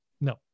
No